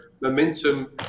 momentum